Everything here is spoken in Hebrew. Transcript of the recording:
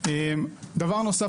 כלומר,